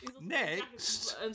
Next